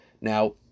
Now